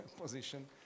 position